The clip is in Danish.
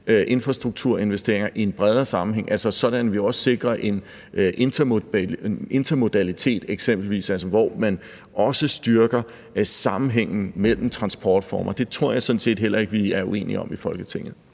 infrastrukturinvesteringer i en bredere sammenhæng, så vi også sikrer en intermodalitet eksempelvis, altså hvor man også styrker sammenhængen mellem transportformer. Det tror jeg sådan set heller ikke vi er uenige om i Folketinget.